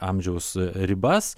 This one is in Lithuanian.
amžiaus ribas